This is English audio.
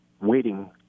waiting